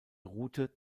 route